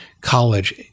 college